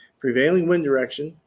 prevailing wind direction,